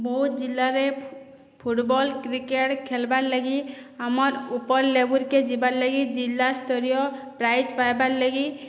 ବୌଦ୍ଧ୍ ଜିଲ୍ଲାରେ football cricket ଖେଲ୍ବାର୍ଲାଗି ଆମର୍ ଉପ୍ର ଲେବୁଲ୍କେ ଯିବାର୍ଲାଗି ଜିଲ୍ଲା ସ୍ତରୀୟ ପ୍ରାଇଜ୍ ପାଏବାର୍ଲାଗି